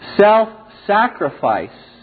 Self-sacrifice